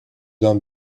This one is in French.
d’un